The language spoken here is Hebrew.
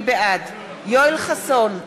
בעד יואל חסון,